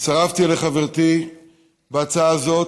הצטרפתי לחברתי בהצעה הזאת,